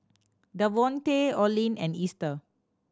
Devontae Oline and Easter